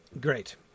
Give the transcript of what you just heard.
great